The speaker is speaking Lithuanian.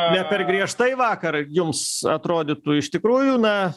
ne per griežtai vakar jums atrodytų iš tikrųjų na